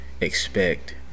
expect